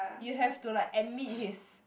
you have to like admit his